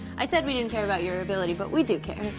i said we didn't care about your ability, but we do care.